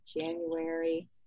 January